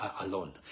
alone